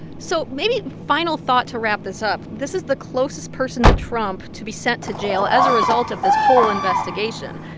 so maybe final thought to wrap this up, this is the closest person to trump to be sent to jail as a result of this whole investigation.